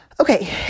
Okay